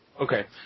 Okay